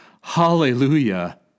Hallelujah